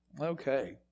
Okay